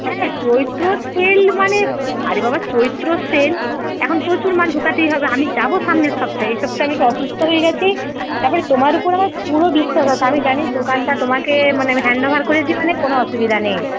হ্যাঁ চৈত্র সেল মানে আরে বাবা চৈত্র সেল এখন প্রচুর মাল ঢোকাতেই হবে আমি যাবো সামনের সপ্তাহে এই সপ্তাহে আমি একটু অসুস্থ হয়ে গেছি তারপরে তোমার ওপর আমার পুরো বিশ্বাস আছে আমি জানি দোকানটা তোমাকে মানে আমি হ্যান্ডওভার করেছি মানে কোনো অসুবিধা নেই